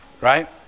Right